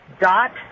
Dot